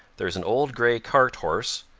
there is an old grey cart horse,